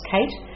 Kate